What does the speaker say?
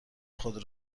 خود